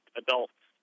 adults